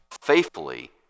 faithfully